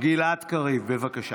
גלעד קריב, בבקשה.